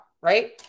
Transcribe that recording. Right